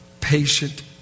Patient